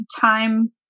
time